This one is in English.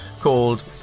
called